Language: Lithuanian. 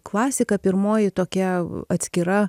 klasika pirmoji tokia atskira